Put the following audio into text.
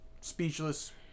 Speechless